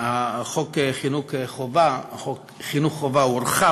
חוק חינוך חובה הורחב,